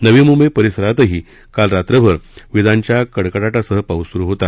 नवी मुंबई परिसरातही काल रात्रभर विजांच्या कडकडाटासह पाऊस सूरू होता